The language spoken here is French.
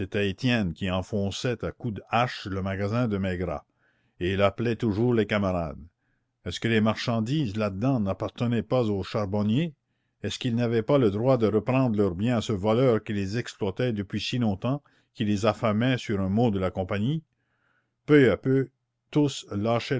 étienne qui enfonçait à coups de hache le magasin de maigrat et il appelait toujours les camarades est-ce que les marchandises là-dedans n'appartenaient pas aux charbonniers est-ce qu'ils n'avaient pas le droit de reprendre leur bien à ce voleur qui les exploitait depuis si longtemps qui les affamait sur un mot de la compagnie peu à peu tous